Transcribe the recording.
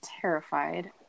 terrified